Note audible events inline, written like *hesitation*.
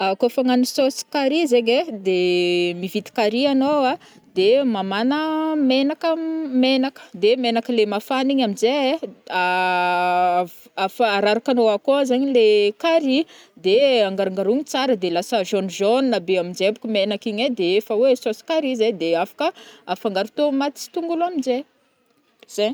Kô fa agnano saosy carry zegny ai, de *hesitation* mividy carry enao a, de mamana menaka-menaka-, de menaka le mafagna igny aminjai *hesitation* afa-ararakanô akao zagny le carry de angarongarogny tsara de lasa jaune jaune be aminjai bonko menaka igny e de efa oe saosy carry zegny de afaka afangaro tômaty sy tongolo aminjai, zai.